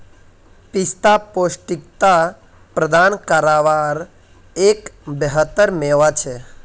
पिस्ता पौष्टिकता प्रदान कारवार एक बेहतर मेवा छे